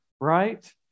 right